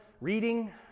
reading